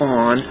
on